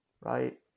right